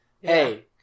hey